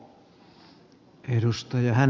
arvoisa puhemies